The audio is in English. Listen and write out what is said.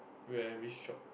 where which shop